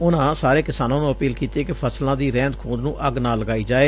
ਉਨੂਂ ਸਾਰੇ ਕਿਸਾਨਾਂ ਨੂੰ ਅਪੀਲ ਕੀਤੀ ਕਿ ਫਸਲਾ ਦੀ ਰਹਿੰਦ ਖੂੰਹਦ ਨੂੰ ਅੱਗ ਨਾ ਲਗਾਈ ਜਾਵੇ